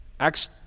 Acts